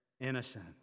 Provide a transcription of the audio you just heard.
innocent